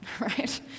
right